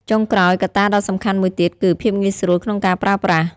ចុងក្រោយ កត្តាដ៏សំខាន់មួយទៀតគឺ ភាពងាយស្រួលក្នុងការប្រើប្រាស់។